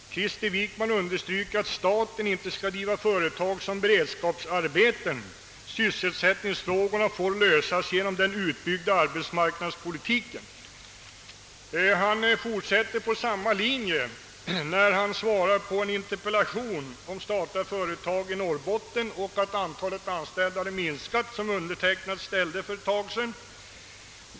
Krister Wickman understryker att staten inte skall driva företag som beredskapsarbeten. Sysselsättningsfrågorna får lösas genom den utbyggda arbetsmarknadspolitiken.» Statsrådet Wickman fortsatte på samma linje när han svarade på min interpellation för en tid sedan, som jag framställde med anledning av att antalet anställda vid statliga företag i Norrbotten hade minskat.